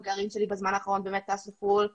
מיפינו ברחל בתך הקטנה את הפערים של החיילים לפני,